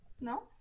No